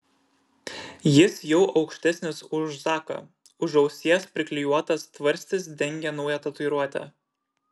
jis jau aukštesnis už zaką už ausies priklijuotas tvarstis dengia naują tatuiruotę